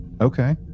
Okay